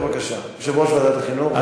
יושב-ראש ועדת החינוך, בבקשה.